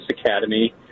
academy